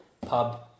pub